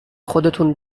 خودتون